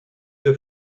deux